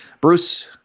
Bruce